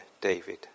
David